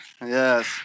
Yes